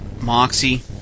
Moxie